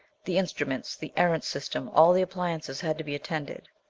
the instruments, the erentz system, all the appliances had to be attended.